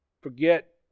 forget